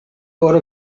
ought